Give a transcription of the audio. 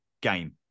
game